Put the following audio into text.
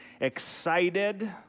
excited